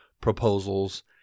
proposals